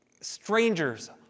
strangers